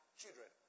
children